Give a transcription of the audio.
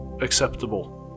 acceptable